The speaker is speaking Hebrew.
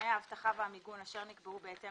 תנאי האבטחה והמיגון אשר נקבעו בהתאם